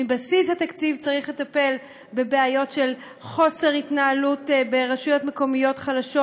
מבסיס התקציב צריך לטפל בבעיות של חוסר התנהלות ברשויות מקומיות חלשות,